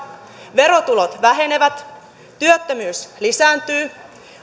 verotulot vähenevät työttömyys lisääntyy